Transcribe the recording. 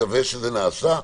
מקווה שזה נעשה.